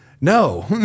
no